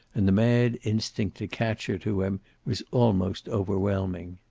and the mad instinct to catch her to him was almost overwhelming.